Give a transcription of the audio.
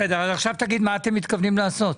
מה אתם מתכוונים לעשות?